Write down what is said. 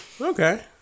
okay